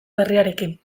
berriarekin